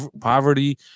poverty